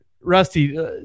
Rusty